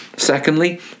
Secondly